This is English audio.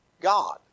God